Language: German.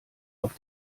auf